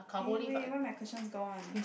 eh wait why my questions gone